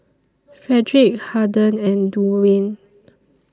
Frederick Harden and Duwayne